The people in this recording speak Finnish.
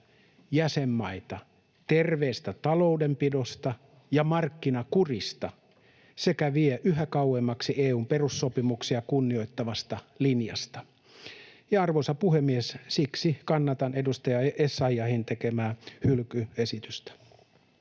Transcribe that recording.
jäsenmaita terveestä taloudenpidosta ja markkinakurista sekä vie yhä kauemmaksi EU:n perussopimuksia kunnioittavasta linjasta. Arvoisa puhemies, kannatan edustaja Essayahin tekemää hylkyesitystä.